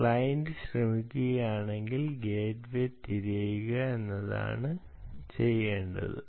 client ശ്രമിക്കുകയാണെങ്കിൽ gateway തിരയുക എന്നതാണ് ചെയ്യേണ്ടത്